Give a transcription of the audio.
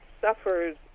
suffers